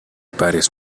paris